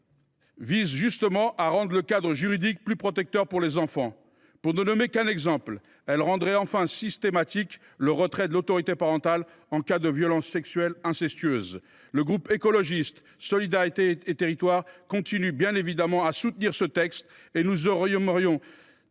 vise justement à construire un cadre juridique plus protecteur pour les enfants. Pour ne citer qu’un exemple, elle rendrait enfin systématique le retrait de l’autorité parentale en cas de violence sexuelle incestueuse. Le groupe Écologiste – Solidarité et Territoires continue bien évidemment de soutenir ce texte ; nous saluons